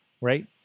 Right